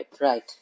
Right